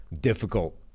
difficult